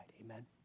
amen